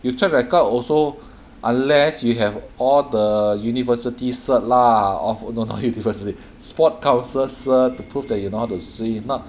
you check record also unless you have all the university cert lah of oh no no here different already sport council cert to prove that you know to swim not